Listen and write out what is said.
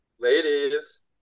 Ladies